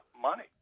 money